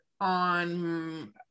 on